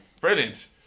Brilliant